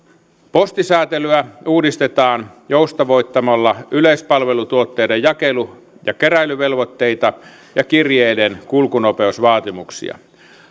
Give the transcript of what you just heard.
postisäätelyä uudistetaan joustavoittamalla yleispalvelutuotteiden jakelu ja keräilyvelvoitteita ja kirjeiden kulkunopeusvaatimuksia